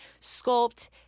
sculpt